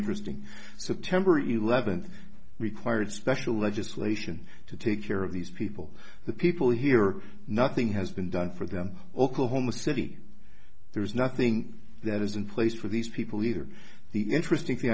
interesting so temporary eleventh required special legislation to take care of these people the people here nothing has been done for them oklahoma city there's nothing that is in place for these people either the